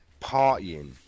partying